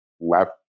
left